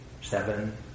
seven